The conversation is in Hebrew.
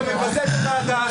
אתה מבזה את הוועדה.